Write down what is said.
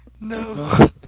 No